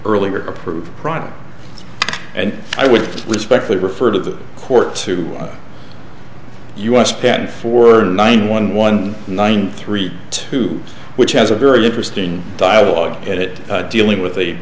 earlier approved product and i would respectfully refer to the court to u s patent for nine one one nine three two which has a very interesting dialogue and it dealing with a